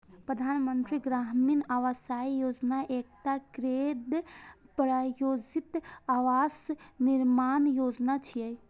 प्रधानमंत्री ग्रामीण आवास योजना एकटा केंद्र प्रायोजित आवास निर्माण योजना छियै